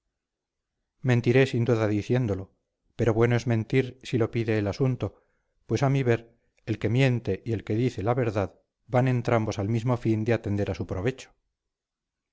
sin duda diciéndolo pero bueno es mentir si lo pide el asunto pues a mi ver el que miente y el que dice verdad van entrambos al mismo fin de atender a su provecho